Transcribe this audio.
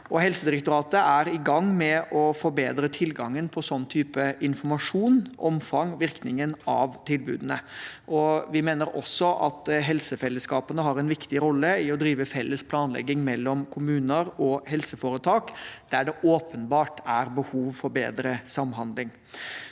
Helsedirektoratet er i gang med å forbedre tilgangen på sånn type informasjon, omfanget og virkningen av tilbudene. Vi mener også at helsefellesskapene har en viktig rolle i å drive felles planlegging mellom kommuner og helseforetak, der det åpenbart er behov for bedre samhandling.